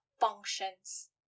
functions